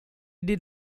did